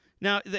Now